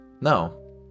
No